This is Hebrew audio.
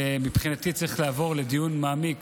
מבחינתי, זה צריך לעבור לדיון מעמיק